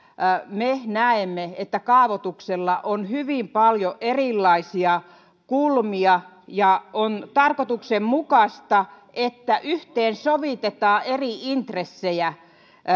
me näemme että kaavoituksella on hyvin paljon erilaisia kulmia ja on tarkoituksenmukaista että yhteensovitetaan eri intressejä